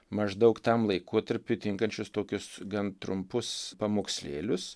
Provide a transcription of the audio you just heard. maždaug tam laikotarpiui tinkančius tokius gan trumpus pamokslėlius